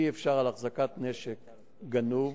אי-אפשר שעל החזקת נשק גנוב